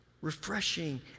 refreshing